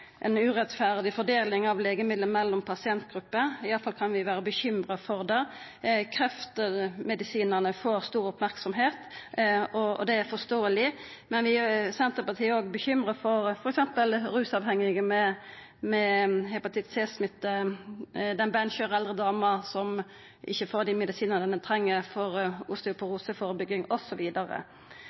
urettferdig fordeling av legemiddel mellom pasientgrupper, iallfall kan vi vera bekymra for det. Kreftmedisinane får stor merksemd, og det er forståeleg, men Senterpartiet er òg bekymra for f.eks. rusavhengige med hepatitt C-smitte, beinskjøre eldre damer som ikkje får dei medisinane dei treng for